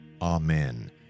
Amen